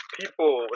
people